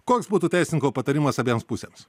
koks būtų teisininko patarimas abiems pusėms